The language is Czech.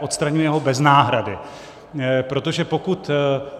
Odstraňuje ho bez náhrady, protože pokud